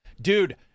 dude